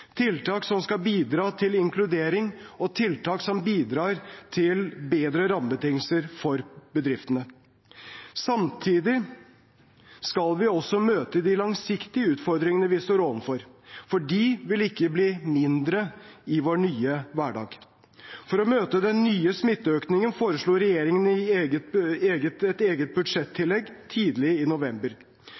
tiltak som skal bidra til inkludering, og tiltak som bidrar til bedre rammebetingelser for bedriftene. Samtidig skal vi også møte de langsiktige utfordringene vi står overfor, for de vil ikke bli mindre i vår nye hverdag. For å møte den nye smitteøkningen foreslo regjeringen i et eget budsjettillegg tidlig i november